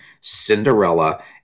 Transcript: Cinderella